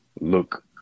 look